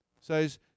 says